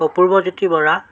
Apurbajyoti Bora